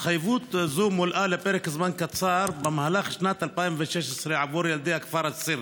ההתחייבות הזאת מולאה לפרק זמן קצר במהלך שנת 2016 עבור ילדי אלסרה.